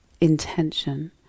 intention